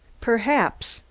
perhaps,